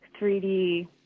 3D